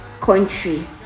country